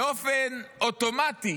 באופן אוטומטי